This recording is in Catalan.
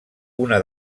una